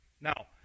Now